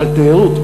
על תיירות,